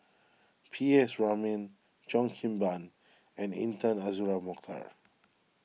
P S Raman Cheo Kim Ban and Intan Azura Mokhtar